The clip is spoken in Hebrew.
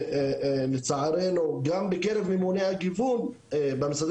שלצערנו גם בקרב ממוני הגיוון במשרדים